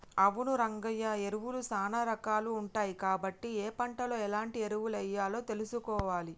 అవును రంగయ్య ఎరువులు సానా రాకాలు ఉంటాయి కాబట్టి ఏ పంటలో ఎలాంటి ఎరువులెయ్యాలో తెలుసుకోవాలి